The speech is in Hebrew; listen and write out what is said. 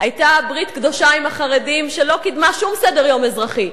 היתה ברית קדושה עם החרדים שלא קידמה שום סדר-יום אזרחי.